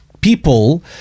people